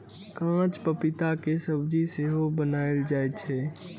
कांच पपीता के सब्जी सेहो बनाएल जाइ छै